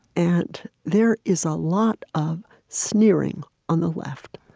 and there is a lot of sneering on the left